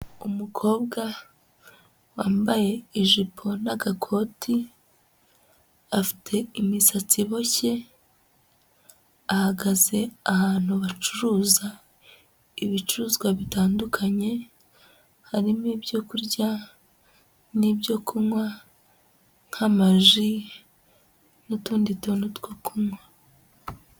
Umukobwa wambaye ijipo n'agakoti, afite imisatsi iboshye, ahagaze ahantu bacuruza ibicuruzwa bitandukanye, harimo ibyo kurya n'ibyo kunywa nk'amaji n'utundi tuntu two kunywa.